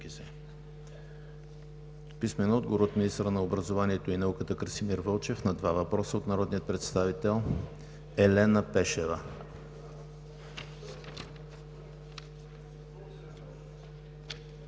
Динев; - министъра на образованието и науката Красимир Вълчев на два въпроса от народния представител Елена Пешева. Продължаваме